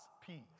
peace